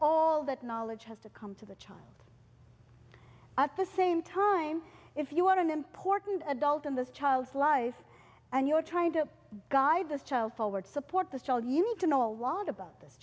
knowledge has to come to the child at the same time if you are an important adult in this child's life and you're trying to guide this child forward support the child you need to know a lot about this